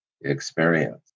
experience